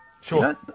Sure